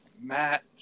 Matt